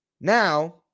Now